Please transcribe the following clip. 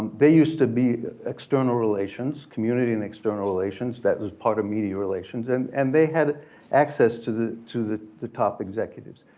they used to be external relations, community and external relations that was part of media relations and and they had access to the to the top executives.